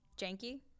Janky